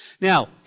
Now